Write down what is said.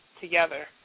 together